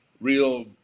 real